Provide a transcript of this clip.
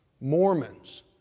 Mormons